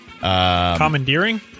Commandeering